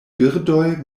birdoj